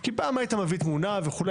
כי פעם היית מביא תמונה וכולי.